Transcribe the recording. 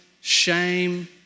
shame